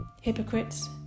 hypocrites